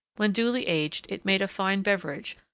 when duly aged it made a fine beverage,